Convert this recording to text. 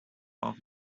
off